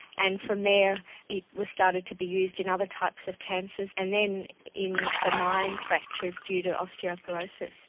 and from there it was started to be used in other types of cancers and then in benign fractures due to osteoporosis,